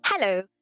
Hello